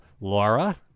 Laura